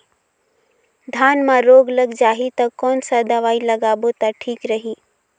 धान म रोग लग जाही ता कोन सा दवाई लगाबो ता ठीक रही?